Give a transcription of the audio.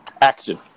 action